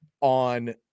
on